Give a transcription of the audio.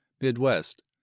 Midwest